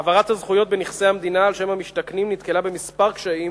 העברת הזכויות בנכסי המדינה על שם המשתכנים נתקלה בכמה קשיים,